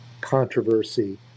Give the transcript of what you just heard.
controversy